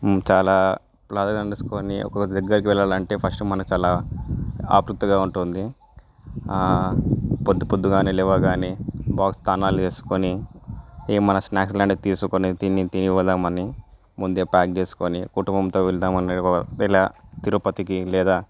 చాలా బాగా అనిపిస్తుంది ఒక దగ్గరికి వెళ్లాలంటే ఫస్ట్ మనకి చాలా ఆతృతగా ఉంటుంది పొద్దుపొద్దుగానే లేవగానే మొదట స్నానాలు చేసుకొని ఏమన్న స్నాక్స్ లాంటి తీసుకొని తిని తిని పోదామని ముందే ప్యాక్ చేసుకొని కుటుంబంతో వెళ్దామంటే ఇలా తిరుపతికి లేదా